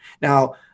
now